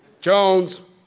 Jones